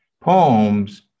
poems